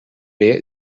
wer